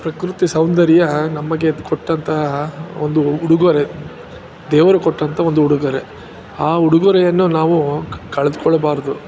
ಪ್ರಕೃತಿ ಸೌಂದರ್ಯ ನಮಗೆ ಅದು ಕೊಟ್ಟಂತಹ ಒಂದು ಉಡುಗೊರೆ ದೇವರು ಕೊಟ್ಟಂಥ ಒಂದು ಉಡುಗೊರೆ ಆ ಉಡುಗೊರೆಯನ್ನು ನಾವು ಕ್ ಕಳೆದ್ಕೊಳ್ಬಾರ್ದು